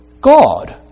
God